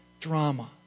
drama